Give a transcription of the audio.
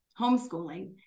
homeschooling